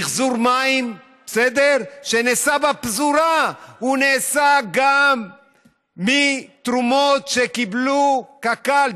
מִחזור מים שנעשה בפזורה נעשה גם מתרומות שקיבלה קק"ל,